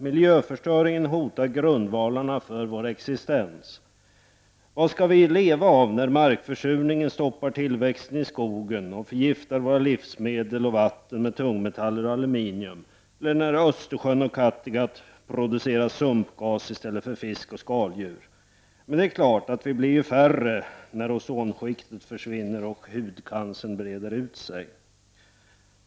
Miljöförstöringen hotar grundvalen för vår existens. Vad skall vi leva av när markförsurningen stoppar tillväxten i skogen och förgiftar livsmedel och vatten med tungmetaller och aluminium eller när Östersjön och Kattegatt producerar sumpgas i stället för fisk och skaldjur? Men vi blir ju färre när ozonskiktet försvinner och hudcancern breder ut sig.